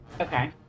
Okay